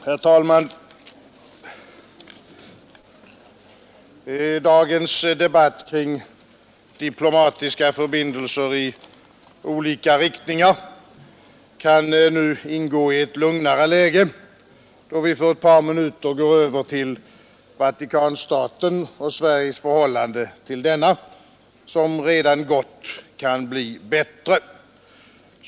Herr talman! Dagens debatt kring diplomatiska förbindelser i olika riktningar kan nu ingå i ett lugnare läge, då vi för ett par minuter går över till Vatikanstaten och Sveriges förhållande till denna, som — redan gott kan bli bättre.